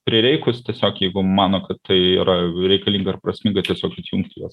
prireikus tiesiog jeigu mano kad tai yra reikalinga ir prasminga tiesiog atjungti juos